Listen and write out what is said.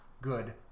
good